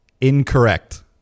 Incorrect